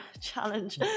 Challenge